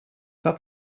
pas